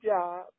job